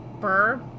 Burr